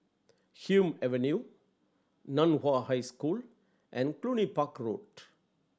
Hume Avenue Nan Hua High School and Cluny Park Road